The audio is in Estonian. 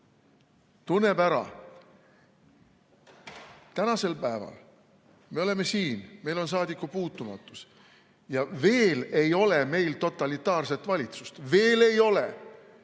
tunneb ära. Tänasel päeval me oleme siin, meil on saadikupuutumatus ja veel ei ole meil totalitaarset valitsust. Veel ei ole.